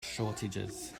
shortages